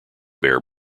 bear